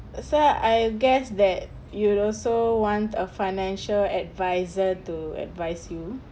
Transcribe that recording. so I guess that you also want a financial adviser to advise you